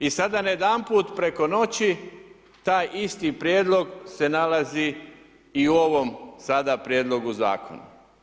I sada najedanput preko noći, taj isti prijedlog se nalazi i u ovom sada prijedlogu Zakona.